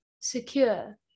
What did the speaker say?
Secure